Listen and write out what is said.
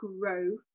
grow